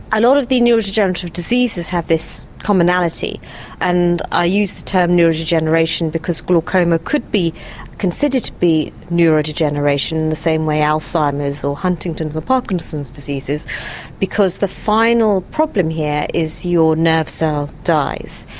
a lot of the neurodegenerative diseases have this commonality and i use the term neurodegeneration because glaucoma could be considered to be neurodegeneration in the same way alzheimer's or huntington's or parkinson's diseases because the final problem here is your nerve cell dies.